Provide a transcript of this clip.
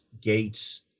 gates